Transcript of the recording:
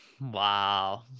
Wow